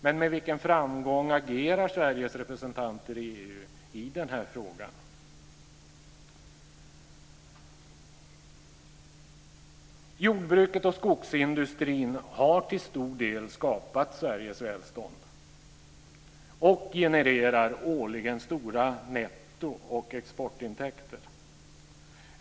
Men med vilken framgång agerar Sveriges representanter i EU i den här frågan? Jordbruket och skogsindustrin har till stor del skapat Sveriges välstånd och genererar årligen stora netto och exportintäkter.